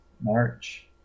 March